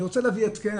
אני רוצה להביא התקן,